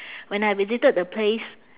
when I visited the place